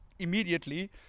immediately